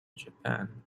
japan